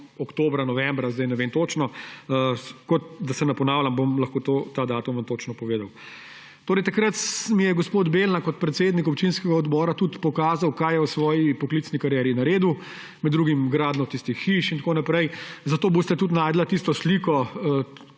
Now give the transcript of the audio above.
oktobra, novembra, zdaj ne vem točno. Da se ne ponavljam, vam bom lahko ta datum točno povedal. Takrat mi je gospod Belna kot predsednik občinskega odbora tudi pokazal, kaj je v svoji poklicni karieri naredil, med drugim gradnjo tistih hiš in tako naprej, zato boste tudi našli tisto sliko,